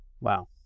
wow